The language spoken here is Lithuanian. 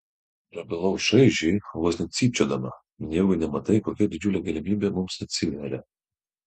prabilau šaižiai vos ne cypčiodama nejaugi nematai kokia didžiulė galimybė mums atsiveria